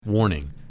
Warning